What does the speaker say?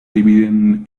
dividen